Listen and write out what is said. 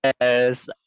Yes